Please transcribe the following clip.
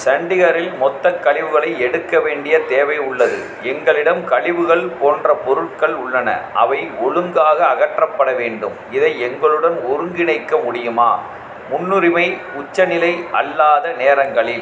சண்டிகரில் மொத்தக் கழிவுகளை எடுக்க வேண்டிய தேவை உள்ளது எங்களிடம் கழிவுகள் போன்ற பொருட்கள் உள்ளன அவை ஒழுங்காக அகற்றப்பட வேண்டும் இதை எங்களுடன் ஒருங்கிணைக்க முடியுமா முன்னுரிமை உச்சநிலை அல்லாத நேரங்களில்